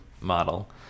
model